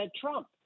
Trump